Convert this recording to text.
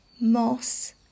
moss